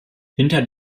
hinter